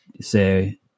say